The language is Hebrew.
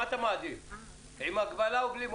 מה אתה מעדיף עם הגבלה או בלי מועד?